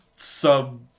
Sub